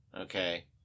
Okay